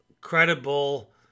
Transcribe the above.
Credible